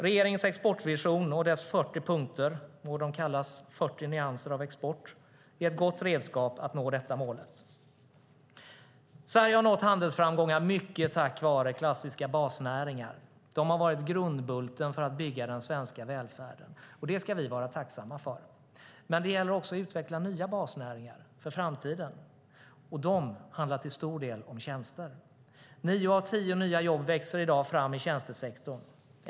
Regeringens exportvision och dess 40 punkter, må de kallas 40 nyanser av export, är ett gott redskap för att nå detta mål. Sverige har nått handelsframgångar mycket tack vare klassiska basnäringar. De har varit grundbulten för att bygga den svenska välfärden. Det ska vi vara tacksamma för. Men det gäller också att utveckla nya basnäringar för framtiden, och de handlar till stor del om tjänster. Nio av tio nya jobb växer i dag fram i tjänstesektorn.